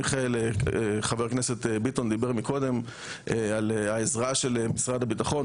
ומיכאל חבר הכנסת ביטון דיבר מקודם על העזרה של משרד הביטחון,